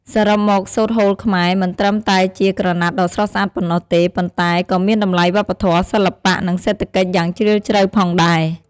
សរុបមក សូត្រហូលខ្មែរ មិនត្រឹមតែជាក្រណាត់ដ៏ស្រស់ស្អាតប៉ុណ្ណោះទេ ប៉ុន្តែក៏មានតម្លៃវប្បធម៌ សិល្បៈ និងសេដ្ឋកិច្ចយ៉ាងជ្រាលជ្រៅផងដែរ។